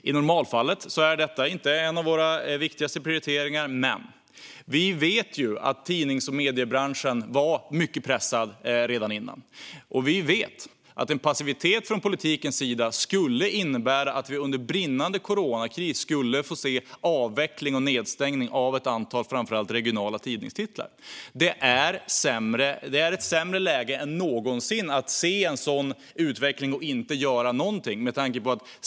I normalfallet är det inte en av våra viktigaste prioriteringar. Men vi vet att tidnings och mediebranschen var mycket pressad redan tidigare. Vi vet också att passivitet från politikens sida skulle innebära avveckling och nedstängning av ett antal framför allt regionala tidningar under brinnande coronakris. Det är ett sämre läge än någonsin för en sådan utveckling och för att inte göra någonting.